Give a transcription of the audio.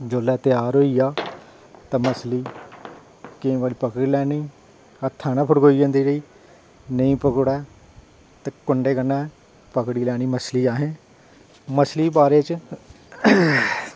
जेल्लै त्यार होई जा ते मच्छली केईं बारी पकड़ी लैनी हत्थां कन्नै पकड़ोई रौहंदी रेही नेईं पकड़ोऐ कंडै कन्नै पकड़ी लैनी मच्छली असें मच्छली बारै च